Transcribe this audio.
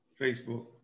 Facebook